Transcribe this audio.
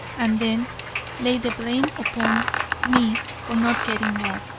and then lay the blame upon me for not getting well.